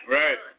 right